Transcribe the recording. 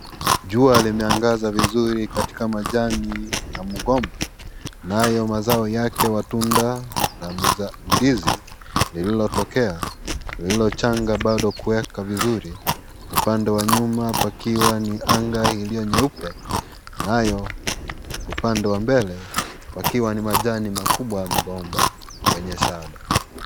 Jua imeangaza vizuri katika majani ya mgomba. Nayo mazoa yake wa tunda na ni za ndizi liliyotokea lililo changa bado kuweka vizuri. Upande wa nyuma pakiwa ni anga iliyo nyeupe nayo upande wa mbele pakiwa ni majani makubwa ya migomba lenye shada.